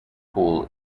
pool